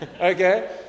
Okay